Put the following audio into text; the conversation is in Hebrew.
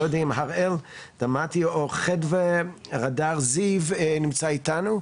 אני לא יודע אם הראל דמתי או חדוה רדר זיו נמצאים איתנו.